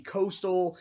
Coastal